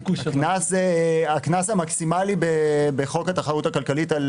הקנס המקסימלי בחוק התחרות הכלכלית על